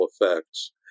effects